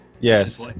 Yes